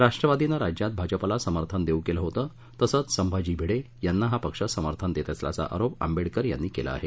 राष्ट्रवादीनं राज्यात भाजपला समर्थन देऊ केलं होत तसंच संभाजी भिडे यांना हा पक्ष समर्थन देत असल्याचा आरोप आंबडेकर यांनी केला आहे